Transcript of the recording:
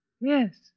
Yes